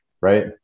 right